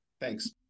Thanks